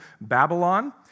Babylon